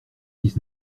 dix